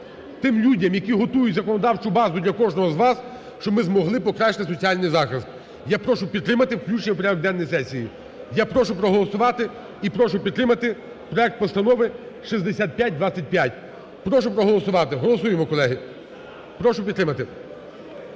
тим людям, які готують законодавчу базу для кожного з вас, щоб ми змогли покращити соціальний захист. Я прошу підтримати включення в порядок денний сесії. Я прошу проголосувати і прошу підтримати проект Постанови 6525. Прошу проголосувати. Голосуємо, колеги. Прошу підтримати,